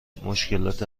مشکلات